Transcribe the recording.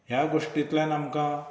ह्या गोष्टींतल्यान आमकां